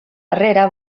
darrera